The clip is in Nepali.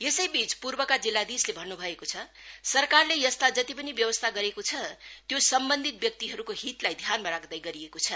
यसैबीच पूर्वका जिल्लाधीश ले भन्न् भएको छ सरकारले यस्ता जति पनि व्यवस्था गरेको छ त्यो सम्बन्धित व्यक्तिहरूको हितलाई ध्यानमा राख्दै गरिएको छ